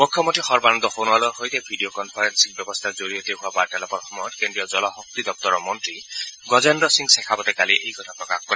মুখ্যমন্ত্ৰী সৰ্বানন্দ সোণোৱালৰ সৈতে ভিডিঅ কনফাৰেলিং ব্যৱস্থাৰ জৰিয়তে হোৱা বাৰ্তালাপৰ সময়ত কেন্দ্ৰীয় জল শক্তি দপ্তৰৰ মন্ত্ৰী গজেন্দ্ৰ সিং গ্ৰেখাৰটে কালি এই কথা প্ৰকাশ কৰে